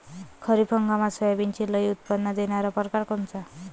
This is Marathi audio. खरीप हंगामात सोयाबीनचे लई उत्पन्न देणारा परकार कोनचा?